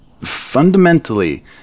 fundamentally